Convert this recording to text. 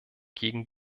gegen